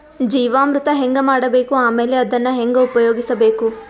ಜೀವಾಮೃತ ಹೆಂಗ ಮಾಡಬೇಕು ಆಮೇಲೆ ಅದನ್ನ ಹೆಂಗ ಉಪಯೋಗಿಸಬೇಕು?